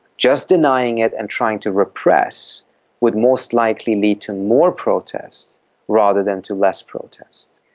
just denying it and trying to repress would most likely lead to more protests rather than to less protests.